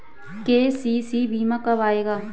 KCC बीमा कब आएगा?